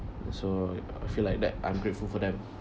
so I feel like that I'm grateful for them